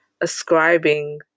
ascribing